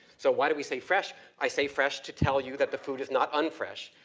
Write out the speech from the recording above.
so why do we say fresh? i say fresh to tell you that the food is not un-fresh.